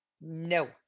No